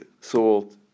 salt